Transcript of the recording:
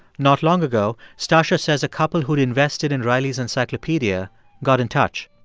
not long ago, stacya says a couple who'd invested in riley's encyclopedia got in touch.